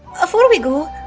afore we go,